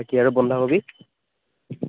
বাকী আৰু বন্ধাকবি